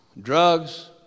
Drugs